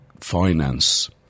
finance